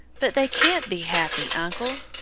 but they can't be happy, uncle.